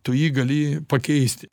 tu jį gali pakeisti